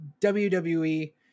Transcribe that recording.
WWE